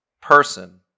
person